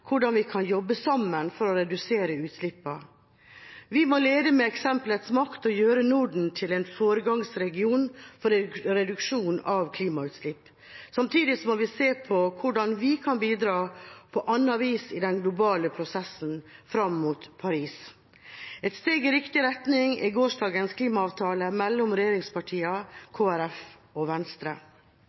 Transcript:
hvordan vi kan jobbe sammen for å redusere utslippene. Vi må lede ved eksemplets makt og gjøre Norden til en foregangsregion for reduksjon av klimautslipp. Samtidig må vi se på hvordan vi kan bidra på annet vis i den globale prosessen fram mot Paris. Et steg i riktig retning er gårsdagens klimaavtale mellom regjeringspartiene, Kristelig Folkeparti og Venstre.